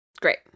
great